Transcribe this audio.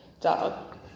dog